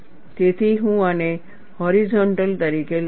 તેથી હું આને હોરિઝોન્ટલ તરીકે લખીશ